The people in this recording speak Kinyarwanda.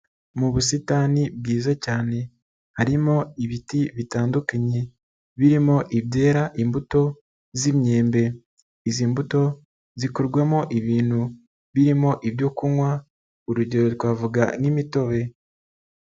Mu busitani bwiza cyane harimo ibiti bitandukanye, birimo ibyera imbuto z'imyembe. Izi mbuto zikorwamo ibintu birimo ibyo kunywa, urugero twavuga nk'imitobe.